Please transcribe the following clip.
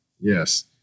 yes